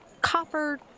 copper